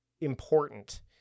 important